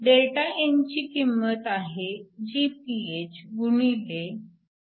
Δn ची किंमत आहे Gph x τ